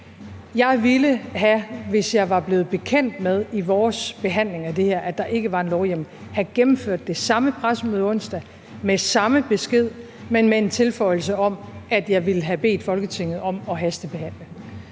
Jeg ville, hvis jeg var blevet bekendt med i vores behandling af det her, at der ikke var nogen lovhjemmel, have gennemført det samme pressemøde onsdag med samme besked, men med en tilføjelse om, at jeg ville have bedt Folketinget om en hastebehandling.